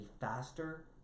faster